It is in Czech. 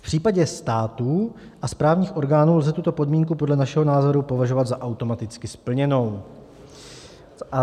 V případě státu a správních orgánů lze tuto podmínku podle našeho názoru považovat za automaticky splněnou.